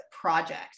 project